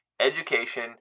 education